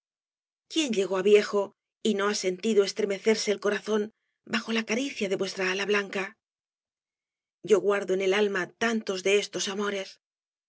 quién llegó á viejo y no ha sentido estremecerse el corazón bajo la caricia de vuestra ala blanca yo guardo en el alma tantos de estos amores